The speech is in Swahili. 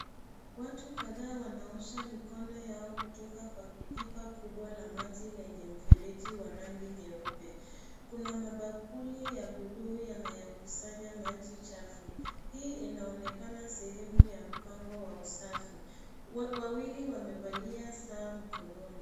Watu kadhaa wanaosha mikono yao kutoka kwa pipa kubwa la maji lenye mfereji wa rangi nyeupe. Kuna mabakuli ya bluu yanayokusanya maji chafu. Hii inaonekana sehemu ya mpango wa usafi. Wawili wamevalia saa mkononi.